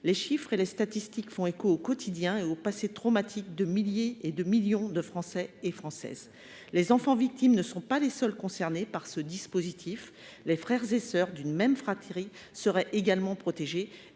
Les chiffres et les statistiques font écho au quotidien et au passé traumatique de millions de Français et Françaises. Les enfants victimes ne sont pas les seuls concernés par ce dispositif : les frères et sœurs d’une même fratrie seraient également protégés,